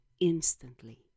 instantly